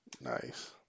nice